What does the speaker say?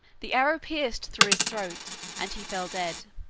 the arrow pierced through his throat and he fell dead.